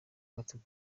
gatanu